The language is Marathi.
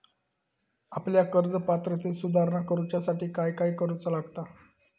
आपल्या कर्ज पात्रतेत सुधारणा करुच्यासाठी काय काय करूचा लागता?